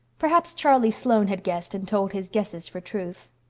perhaps charlie sloane had guessed and told his guesses for truth.